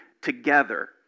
together